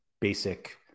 basic